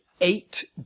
eight